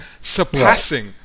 surpassing